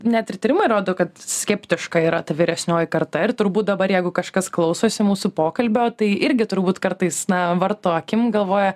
net ir tyrimai rodo kad skeptiška yra ta vyresnioji karta ir turbūt dabar jeigu kažkas klausosi mūsų pokalbio tai irgi turbūt kartais na varto akim galvoja